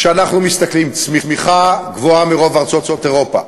כשאנחנו מסתכלים: צמיחה גבוהה מאשר ברוב ארצות אירופה,